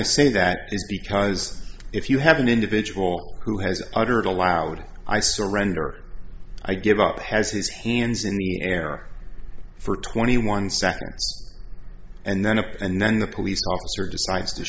i say that is because if you have an individual who has uttered a loud i surrender i give up has his hands in the air for twenty one seconds and then up and then the police officer decides to